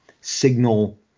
signal